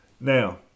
Now